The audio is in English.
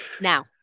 Now